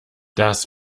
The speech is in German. das